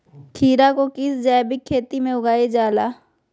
खीरा को किस जैविक खेती में उगाई जाला?